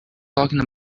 talking